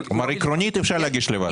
עקרונית אפשר להגיש לבד.